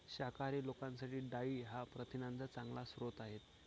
शाकाहारी लोकांसाठी डाळी हा प्रथिनांचा चांगला स्रोत आहे